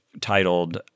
titled